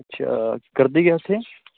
ਅੱਛਾ ਕਰਦੇ ਕਿਆ ਉੱਥੇ